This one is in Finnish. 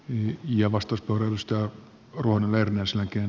niin ja vastus borstö on amerin osakkeen